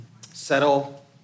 settle